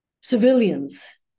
civilians